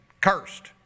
cursed